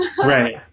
Right